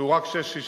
שהוא רק 6.60,